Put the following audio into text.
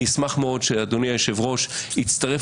אני אשמח מאוד שאדוני היושב-ראש יצטרף